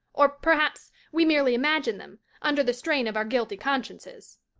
or perhaps we merely imagined them, under the strain of our guilty consciences.